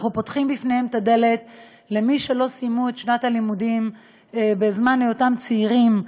אנחנו פותחים את הדלת בפני מי שלא סיימו את הלימודים בזמן היותם צעירים,